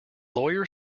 lawyer